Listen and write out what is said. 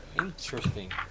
Interesting